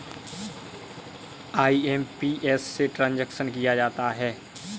IMPS से transaction किया जाता है